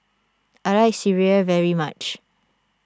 I like Sireh very much